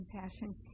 compassion